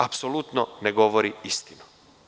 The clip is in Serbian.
Apsolutno ne govori istinu.